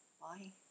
Bye